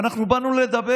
יש 27